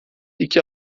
iki